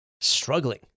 struggling